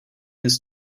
his